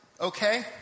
okay